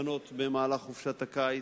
במהלך חופשת הקיץ.